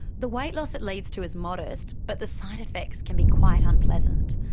the weight loss it leads to is modest but the side effects can be quite unpleasant.